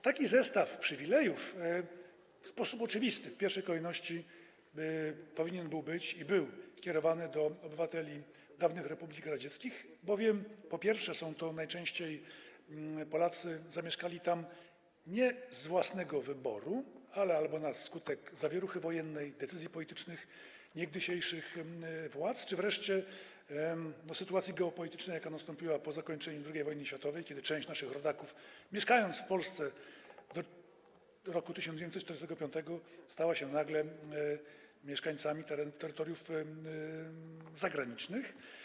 Taki zestaw przywilejów w sposób oczywisty w pierwszej kolejności powinien być i był kierowany do obywateli dawnych republik radzieckich, bowiem, po pierwsze, są to najczęściej Polacy zamieszkali tam nie z własnego wyboru, ale na skutek zawieruchy wojennej, decyzji politycznych niegdysiejszych władz czy wreszcie sytuacji geopolitycznej, jaka nastąpiła po zakończeniu II wojny światowej, kiedy część naszych rodaków mieszkających w Polsce do roku 1945 stała się nagle mieszkańcami terytoriów zagranicznych.